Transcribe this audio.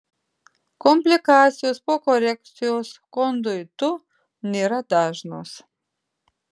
komplikacijos po korekcijos konduitu nėra dažnos